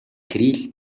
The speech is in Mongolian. кирилл